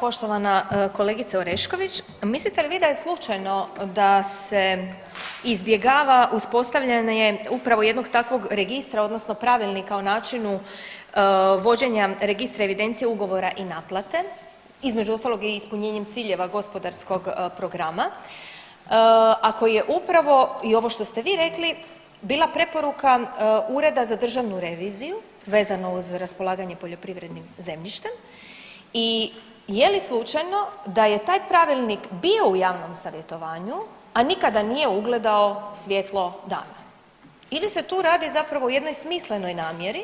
Poštovana kolegice Orešković, mislite li vi da je slučajno da se izbjegava uspostavljanje upravo jednog takvog registra odnosno Pravilnika o načinu vođenja registra evidencije ugovora i naplate između ostalog i ispunjenjem ciljeva gospodarskog programa ako je upravo i ovo što ste vi rekli bila preporuka Ureda za državnu reviziju vezano uz raspolaganje poljoprivrednim zemljištem i je li slučajno da je taj pravilnik bio u javnom savjetovanju, a nikada nije ugledao svjetlo dana ili se tu radi zapravo o jednoj smislenoj namjeri